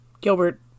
Gilbert